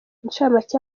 incamake